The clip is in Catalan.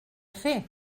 fer